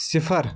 صِفر